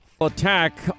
attack